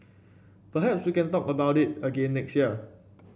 perhaps we can talk about it again next year